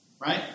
Right